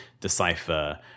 decipher